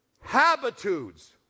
Habitudes